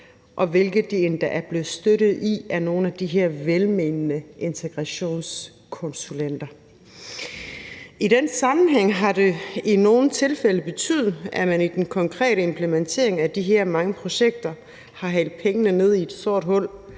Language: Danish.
og hvilket de endda er blevet støttet i af nogle af de her velmenende integrationskonsulenter. I den sammenhæng har det i nogle tilfælde betydet, at man i den konkrete implementering af de her mange projekter har hældt pengene ned i et sort hul